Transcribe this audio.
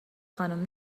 خانم